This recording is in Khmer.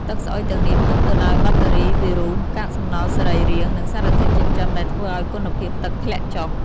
ទឹកស្អុយទាំងនេះផ្ទុកទៅដោយបាក់តេរី វីរុស កាកសំណល់សរីរាង្គ និងសារធាតុចិញ្ចឹមដែលធ្វើឱ្យគុណភាពទឹកធ្លាក់ចុះ។